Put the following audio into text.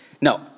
no